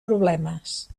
problemes